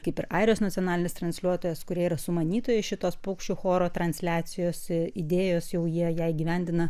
kaip ir airijos nacionalinis transliuotojas kurie yra sumanytojai šitos paukščių choro transliacijos idėjos jau jie ją įgyvendina